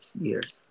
years